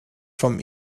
vom